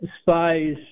spies